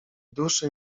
duszy